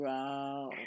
Wow